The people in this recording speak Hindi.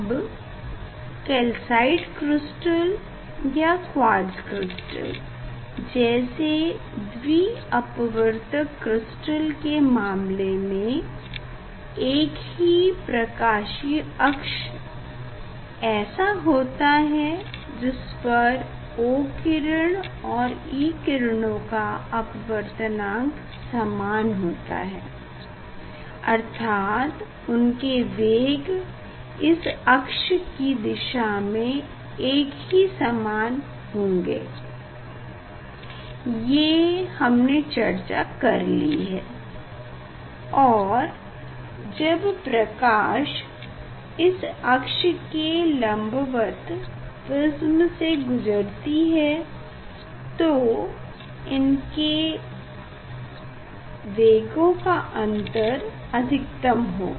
अब कैल्साइट क्रिस्टल या क्वार्ट्ज़ क्रिस्टल जैसे द्वि अपवर्तक क्रिस्टल के मामले में एक ही प्रकाशीय अक्ष ऐसा होता है जिस पर O किरण और E किरणों का अपवर्तनांक समान होता है अर्थात उनके वेग इस अक्ष कि दिशा में एक समान ही होंगे ये हमने चर्चा कर ली है और जब प्रकाश इस अक्ष के लम्बवत प्रिस्म से गुजरती है तो इनके वेगों का अंतर अधिकतम होगा